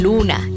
Luna